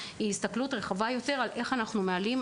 הסתכלות רחבה יותר ובחינה איך ניתן להעלות